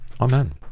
Amen